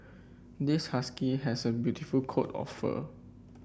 this husky has a beautiful coat of fur